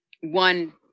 one